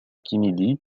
kennedy